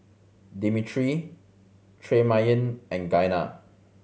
Dimitri Tremayne and Giana